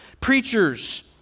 preachers